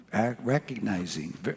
recognizing